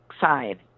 side